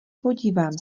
podívám